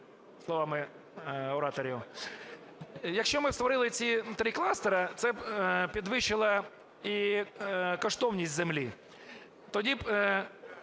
словами ораторів. Якщо б ми створили ці три кластера, це б підвищило і коштовність землі.